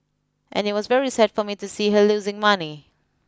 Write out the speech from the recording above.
and it was very sad for me to see her losing money